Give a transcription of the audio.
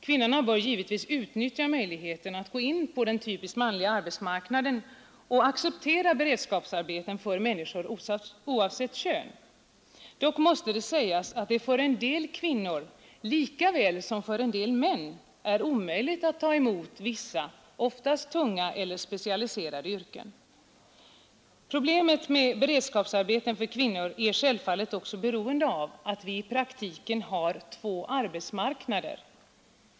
Kvinnorna bör givetvis utnyttja möjligheterna att gå in på den typiskt manliga arbetsmarknaden och acceptera beredskapsarbeten för människor oavsett kön. Dock måste sägas att det för en del kvinnor lika väl som för en del män är omöjligt att ta emot beredskapsarbete i vissa, oftast tunga eller specialiserade yrken. Problemet med beredskapsarbeten för kvinnor är självfallet också beroende av att vi i praktiken har två arbetsmarknader.